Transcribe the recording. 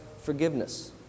forgiveness